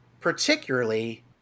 Particularly